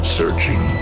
searching